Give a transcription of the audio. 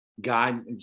God